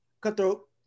Cutthroat